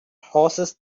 horses